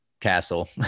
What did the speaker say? castle